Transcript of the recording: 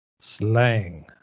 slang